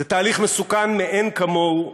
זה תהליך מסוכן מאין כמוהו,